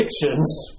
predictions